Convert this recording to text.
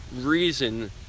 reason